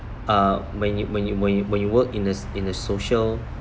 uh when you when you when you when you work in a in a social